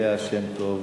ליה שמטוב